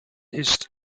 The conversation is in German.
ist